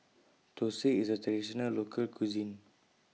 Thosai IS A Traditional Local Cuisine